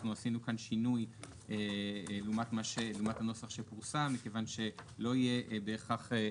אנחנו עשינו כאן שינוי לעומת הנוסח שפורסם מכיוון שלא יהיה בהכרח,